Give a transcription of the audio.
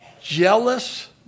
jealous